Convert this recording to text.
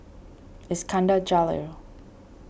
Iskandar Jalil